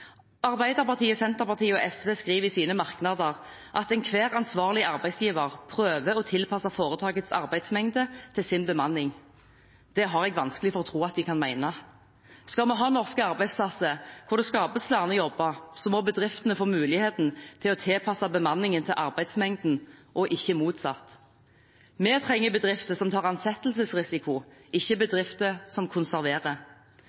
Arbeiderpartiet, Senterpartiet og SV skriver i sine merknader at «enhver ansvarlig arbeidsgiver prøver å tilpasse foretakets arbeidsmengde til sin bemanning». Det har jeg vanskelig for å tro at de kan mene. Skal vi ha norske arbeidsplasser hvor det skapes flere jobber, må bedriftene få muligheten til å tilpasse bemanningen til arbeidsmengden, og ikke motsatt. Vi trenger bedrifter som tar ansettelsesrisiko, ikke